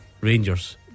Rangers